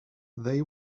they